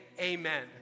Amen